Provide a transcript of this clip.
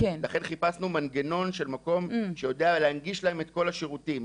ולכן חיפשנו מנגנון של מקום שיודע להנגיש להם את כל השירותים,